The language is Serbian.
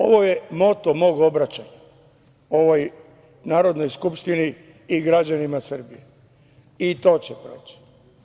Ovo je moto mog obraćanja ovoj Narodnoj skupštini i građanima Srbije - I to će proći.